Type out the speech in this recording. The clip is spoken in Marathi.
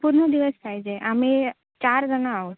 पूर्ण दिवस पाहिजे आम्ही चार जण आहोत